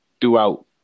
throughout